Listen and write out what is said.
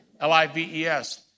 L-I-V-E-S